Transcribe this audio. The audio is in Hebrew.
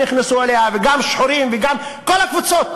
נכנסו אליה וגם שחורים וגם כל הקבוצות.